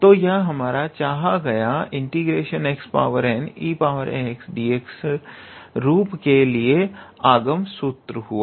तो यह हमारा चाहा गया ∫𝑥𝑛𝑒𝑎𝑥𝑑𝑥 रूप के लिए आगम सूत्र हुआ